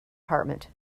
department